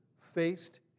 faced